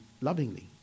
lovingly